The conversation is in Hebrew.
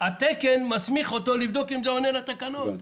התקן מסמיך אותו לבדוק אם זה עונה לתקנות.